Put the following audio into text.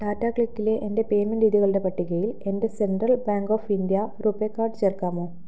ടാറ്റാ ക്ലിക്കിലെ എൻ്റെ പേയ്മെന്റ് രീതികളുടെ പട്ടികയിൽ എൻ്റെ Central Bank of India RuPay card ചേർക്കാമോ